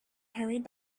hurried